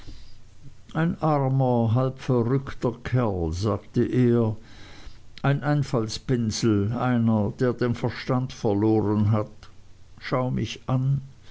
ein armer halb verrückter kerl sagte er ein einfaltpinsel einer der den verstand verloren hat schau mich an